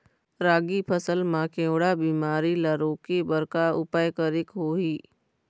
रागी फसल मा केवड़ा बीमारी ला रोके बर का उपाय करेक होही?